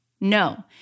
no